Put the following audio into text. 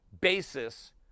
basis